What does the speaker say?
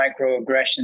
microaggressions